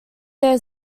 their